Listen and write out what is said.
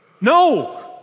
No